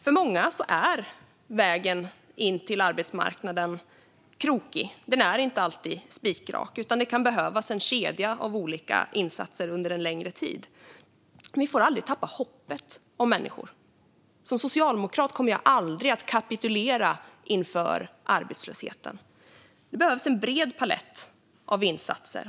För många är vägen in till arbetsmarknaden krokig. Den är inte alltid spikrak, utan det kan behövas en kedja av olika insatser under en längre tid. Vi får aldrig tappa hoppet om människor. Som socialdemokrat kommer jag aldrig att kapitulera inför arbetslösheten. Det behövs en bred palett av insatser.